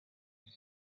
ibyo